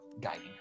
guiding